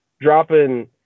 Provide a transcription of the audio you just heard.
dropping